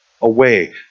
away